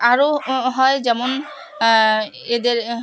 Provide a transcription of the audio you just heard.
আরও হয় যেমন এদের